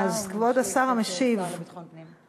הוא משיב בשם השר לביטחון פנים.